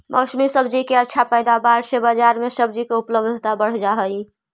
मौसमी सब्जि के अच्छा पैदावार से बजार में सब्जि के उपलब्धता बढ़ जा हई